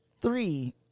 three